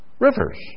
Rivers